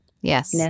Yes